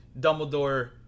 Dumbledore